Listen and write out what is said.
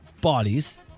bodies